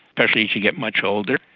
especially as you get much older.